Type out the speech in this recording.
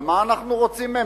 אבל מה אנחנו רוצים מהם,